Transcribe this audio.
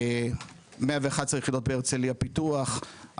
111 יחידות בהרצלייה פיתוח,